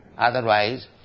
Otherwise